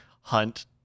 hunt